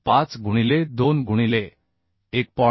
25 गुणिले 2 गुणिले 1